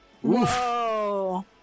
Whoa